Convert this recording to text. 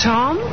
Tom